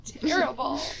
terrible